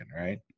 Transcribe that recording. right